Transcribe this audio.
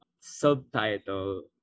subtitle